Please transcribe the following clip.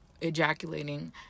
ejaculating